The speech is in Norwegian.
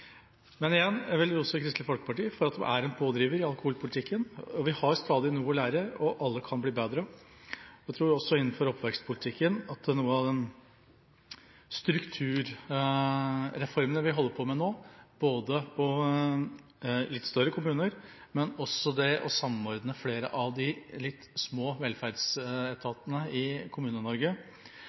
Men igjen – jeg vil rose Kristelig Folkeparti for at de er pådrivere i alkoholpolitikken. Vi har stadig noe å lære, og alle kan bli bedre. Jeg tror også at når det gjelder oppvekstpolitikken, kan noen av de strukturreformene vi holder på med nå, med både større kommuner og å samordne flere av de litt små velferdsetatene i